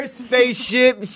spaceship